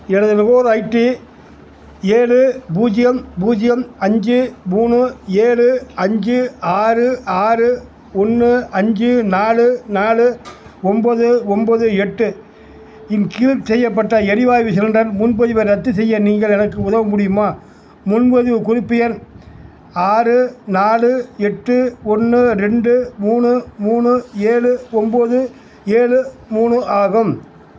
எனது நுகர்வோர் ஐடி ஏழு பூஜ்ஜியம் பூஜ்ஜியம் அஞ்சு மூணு ஏழு அஞ்சு ஆறு ஆறு ஒன்று அஞ்சு நாலு நாலு ஒம்போது ஒம்போது எட்டு இன் கீழ் செய்யப்பட்ட எரிவாய்வு சிலிண்டர் முன்பதிவை ரத்து செய்ய நீங்கள் எனக்கு உதவ முடியுமா முன்பதிவு குறிப்பு எண் ஆறு நாலு எட்டு ஒன்று ரெண்டு மூணு மூணு ஏழு ஒம்போது ஏழு மூணு ஆகும்